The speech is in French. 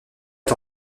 est